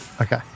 Okay